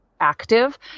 active